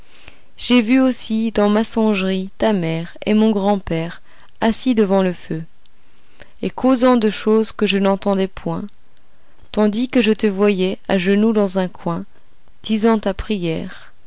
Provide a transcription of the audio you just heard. j'ai vu aussi dans ma songerie ta mère et mon grand-père assis devant le feu et causant de choses que je n'entendais point tandis que je te voyais à genoux dans un coin disant ta prière